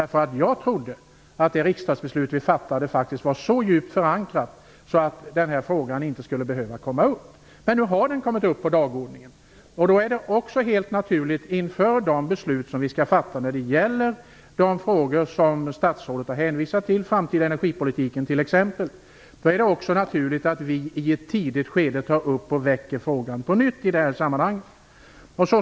Jag trodde nämligen att det riksdagsbeslut som vi fattade var så djupt förankrat att den här frågan inte skulle behöva komma upp. Men nu har den kommit upp på dagordningen. Vi skall fatta beslut när det gäller de frågor som statsrådet har hänvisat till, t.ex. den framtida energipolitiken. Då är det helt naturligt att vi i ett tidigt skede tar upp och väcker frågan på nytt i det sammanhanget.